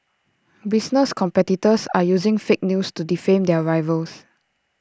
business competitors are using fake news to defame their rivals